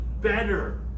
better